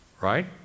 Right